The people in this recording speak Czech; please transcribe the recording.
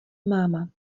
máma